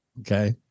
Okay